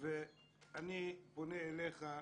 ואני פונה אליך.